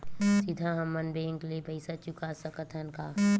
सीधा हम मन बैंक ले पईसा चुका सकत हन का?